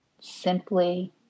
simply